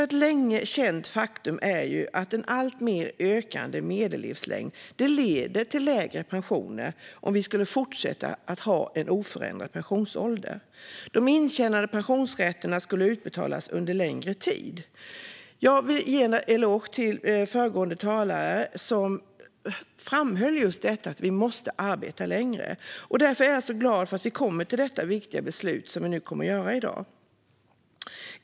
Ett länge känt faktum är att en allt ökande medellivslängd leder till lägre pensioner om vi skulle fortsätta att ha en oförändrad pensionsålder. De intjänade pensionsrätterna skulle utbetalas under längre tid. Jag vill ge en eloge till föregående talare som just framhöll att man måste arbeta längre. Därför är jag glad att vi nu kommit fram till det viktiga beslut som vi i dag kommer att fatta.